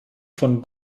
von